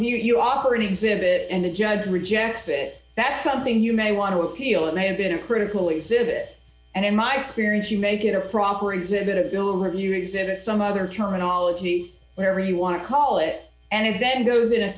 amir you offer an exhibit and the judge rejects it that's something you may want to appeal it may have been a critical exhibit and in my experience you may get a proper exhibit or bill review exhibit some other terminology whenever you want to call it and then those in a